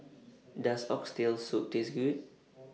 Does Oxtail Soup Taste Good